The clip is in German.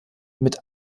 mit